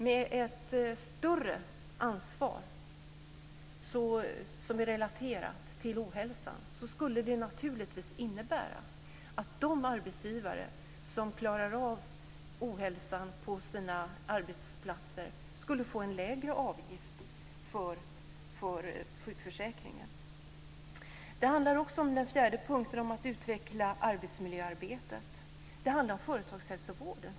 Med ett större ansvar, som är relaterat till ohälsan, skulle det innebära att de arbetsgivare som klarar av ohälsan på sina arbetsplatser fick en lägre avgift för sjukförsäkringen. Den fjärde punkten handlar om att utveckla arbetsmiljöarbetet. Det handlar om företagshälsovården.